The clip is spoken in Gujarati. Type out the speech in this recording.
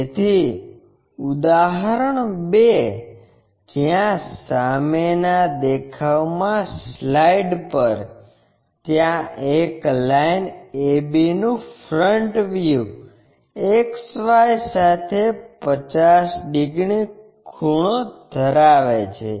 તેથી ઉદાહરણ 2 જ્યાં સામેના દેખાવમાં સ્લાઇડ પર ત્યાં એક લાઇન AB નું ફ્રન્ટ વ્યૂ XY સાથે 50 ડિગ્રી ખૂણો ધરાવે છે